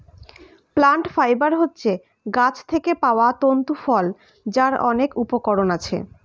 plant fibre হচ্ছে গাছ থেকে পাওয়া তন্তু ফল যার অনেক উপকরণ আছে